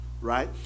Right